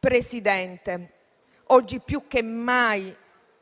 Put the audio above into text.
Presidente, oggi più che mai